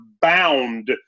bound